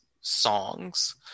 songs